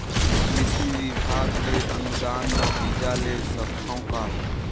कृषि विभाग ले अनुदान म बीजा ले सकथव का?